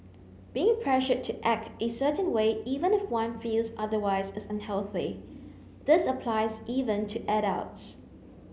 being pressured to act a certain way even if one feels otherwise is unhealthy this applies even to adults